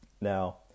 Now